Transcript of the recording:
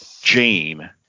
Jane